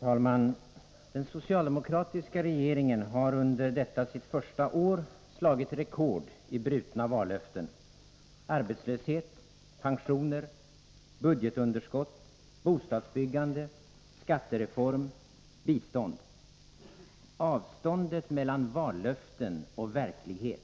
Herr talman! Den socialdemokratiska regeringen har under detta sitt första år slagit rekord i brutna vallöften: arbetslöshet, pensioner, budgetunderskott, bostadsbyggande, skattereform, bistånd. Avståndet mellan vallöften och verklighet